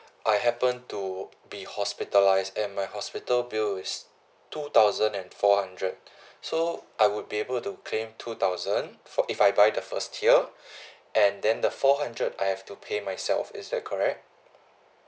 I happen to be hospitalised and my hospital bill is two thousand and four hundred so I would be able to claim two thousand four if I buy the first tier and then the four hundred I have to pay myself is that correct